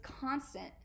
constant